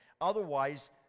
otherwise